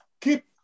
keep